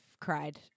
cried